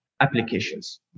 applications